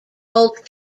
old